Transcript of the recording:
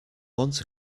want